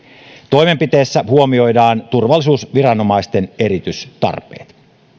toimenpiteessä huomioidaan turvallisuusviranomaisten erityistarpeet